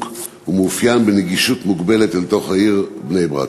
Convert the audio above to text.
ומאופיין בנגישות מוגבלת אל תוך העיר בני-ברק.